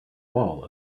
wall